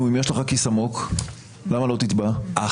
הצעה לדיון מהיר של חברי הכנסת אוהד טל,